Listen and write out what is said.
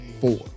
four